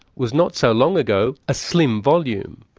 was not so long ago a slim volume,